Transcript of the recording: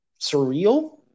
surreal